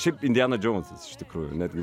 šiaip indiana džounsas iš tikrųjų netgi